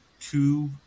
two